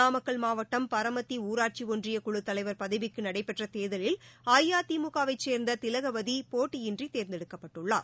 நாமக்கல் மாவட்டம் பரமத்தி ஊராட்சி ஒன்றிய குழு தலைவர் பதவிக்கு நடைபெற்ற தேர்தலில் அஇஅதிமுக வை சேர்ந்த திலகவதி போட்டியின்றி தேர்ந்தெடுக்கப்பட்டுள்ளார்